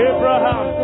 Abraham